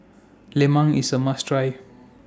Lemang IS A must Try